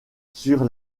sur